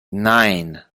nine